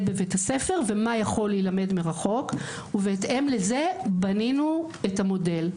בבית הספר ומה יכול להילמד מרחוק ובהתאם לזה בנינו את המודל.